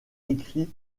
écrit